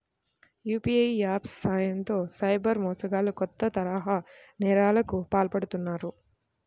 UPI apps సాయంతో cyber మోసగాళ్లు కొత్త తరహా నేరాలకు పాల్పడుతున్నారు